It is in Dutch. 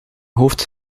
hoofd